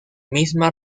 misma